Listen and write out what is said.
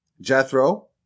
Jethro